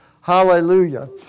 Hallelujah